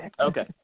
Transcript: Okay